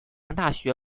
大学